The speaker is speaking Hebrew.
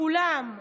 כולם,